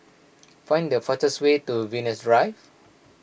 find the fastest way to Venus Drive